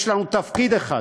יש לנו תפקיד אחד: